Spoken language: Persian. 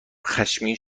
خشمگین